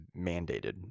mandated